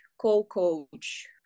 co-coach